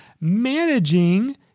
managing